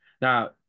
Now